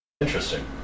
Interesting